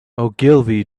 ogilvy